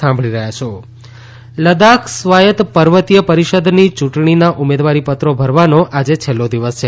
લદાખ ચુંટણી લદાખ સ્વાયત પર્વતીય પરીષદની યુંટણીના ઉમેદવારીપત્રો ભરવાનો આજે છેલ્લો દિવસ છે